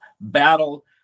battle